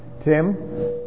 Tim